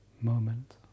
Moment